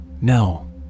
No